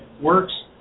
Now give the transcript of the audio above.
works